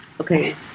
Okay